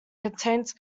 contains